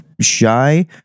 shy